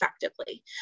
effectively